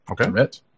Okay